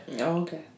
okay